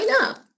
up